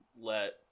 let